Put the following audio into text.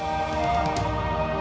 oh